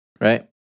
right